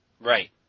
Right